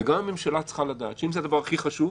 וגם הממשלה צריכה לדעת שאם זה הדבר הכי חשוב,